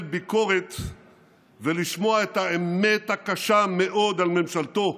ביקורת ולשמוע את האמת הקשה מאוד על ממשלתו,